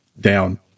down